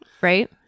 Right